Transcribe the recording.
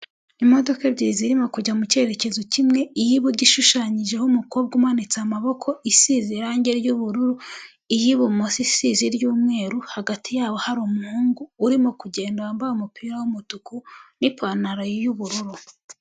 Imodoka ebyiri zirimo kujya mu cyerekezo kimwe, iy'iburyo ishushanyijeho umukobwa umanitse amaboko, isize irangi ry'ubururu, iy'ibumoso isize iry'umweru, hagati yabo hari umuhungu urimo kugenda wambaye umupira w'umutuku n'ipantaro y'ubururu.